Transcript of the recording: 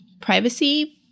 privacy